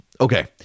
Okay